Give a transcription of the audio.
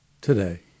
today